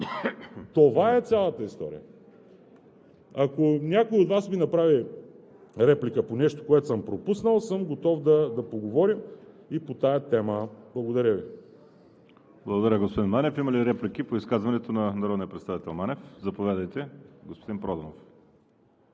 Това е цялата история. Ако някой от Вас ми направи реплика по нещо, което съм пропуснал, съм готов да поговорим и по тази тема. Благодаря Ви. ПРЕДСЕДАТЕЛ ВАЛЕРИ СИМЕОНОВ: Благодаря, господин Манев. Има ли реплики по изказването на народния представител Манев? Заповядайте, господин Байчев.